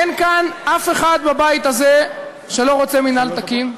אין כאן אף אחד בבית הזה שלא רוצה מינהל תקין.